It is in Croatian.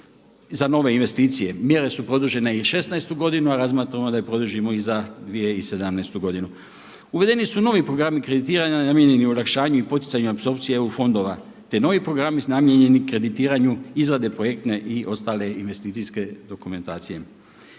za nove investicije. Mjere su produžene za 2016. godinu a razmatramo da je produžimo i za 2017. godinu. Uvedeni su novi programi kreditiranja namijenjeni olakšanju i poticanju apsorpcije EU fondova te novi programi namijenjeni kreditiranju izrade projektne i ostale investicijske dokumentacije.